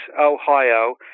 Ohio